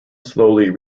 slowly